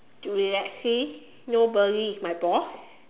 relaxing nobody is my boss